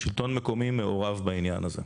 השלטון המקומי מעורב בעניין הזה.